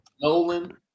Nolan